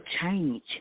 change